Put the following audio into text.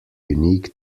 unique